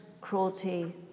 cruelty